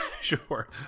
sure